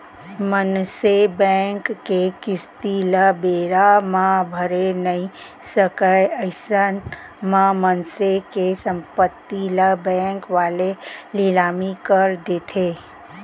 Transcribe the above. मनसे बेंक के किस्ती ल बेरा म भरे नइ सकय अइसन म मनसे के संपत्ति ल बेंक वाले लिलामी कर देथे